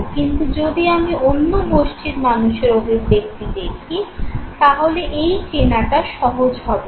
কিন্তু যদি আমি অন্য গোষ্ঠীর মানুষের অভিব্যক্তি দেখি তাহলে এই চেনাটা সহজ হবে না